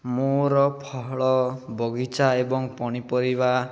ମୋର ଫଳ ବଗିଚା ଏବଂ ପନିପରିବା